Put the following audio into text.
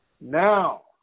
now